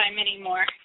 anymore